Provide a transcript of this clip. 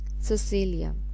Cecilia